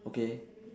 okay